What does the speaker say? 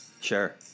Sure